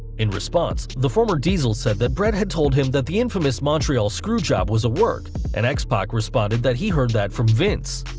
in response, the former diesel said that bret had told him the infamous montreal screwjob was a work and x-pac responded that he heard that from vince.